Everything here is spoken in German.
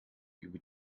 über